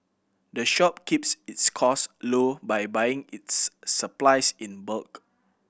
the shop keeps its cost low by buying its supplies in bulk